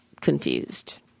confused